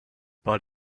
but